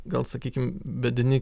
gal sakykim vedini